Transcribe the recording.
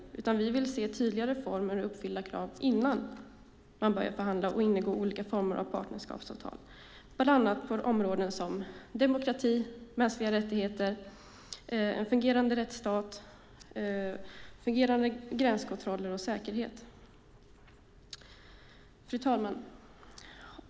Vi vill i stället se tydligare reformer och uppfyllda krav innan man börjar förhandla och ingå olika former av partnerskapsavtal bland annat på områden rörande demokrati, mänskliga rättigheter, en fungerande rättsstat, fungerande gränskontroller och säkerhet. Fru talman!